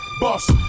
bust